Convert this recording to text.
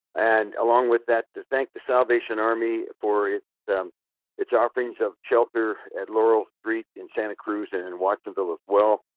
and along with that thanked the salvation army for its offerings of shelter at laurel street in santa cruz and in watsonville as well.